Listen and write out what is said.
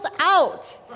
out